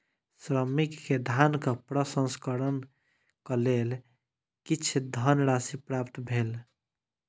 श्रमिक के धानक प्रसंस्करणक लेल किछ धनराशि प्राप्त भेल